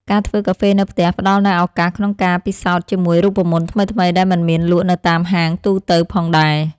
ការធ្វើកាហ្វេនៅផ្ទះផ្ដល់នូវឱកាសក្នុងការពិសោធន៍ជាមួយរូបមន្តថ្មីៗដែលមិនមានលក់នៅតាមហាងទូទៅផងដែរ។